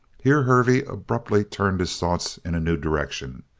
here hervey abruptly turned his thoughts in a new direction.